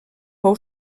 fou